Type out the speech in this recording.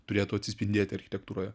turėtų atsispindėti architektūroje